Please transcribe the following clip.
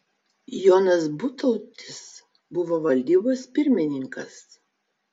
jonas butautis buvo valdybos pirmininkas